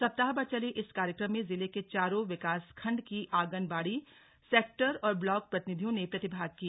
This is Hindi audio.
सप्ताह भर चले इस कार्यक्रम में जिले के चारों विकास खण्ड की आंगनबाड़ी सेक्टर और ब्लाक प्रतिनिधियों ने प्रतिभाग किया